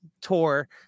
tour